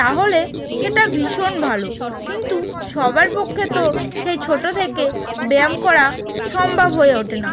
তাহলে সেটা ভীষণ ভালো কিন্তু সবার পক্ষে তো সেই ছোটো থেকে ব্যায়াম করা সম্ভব হয়ে ওঠে না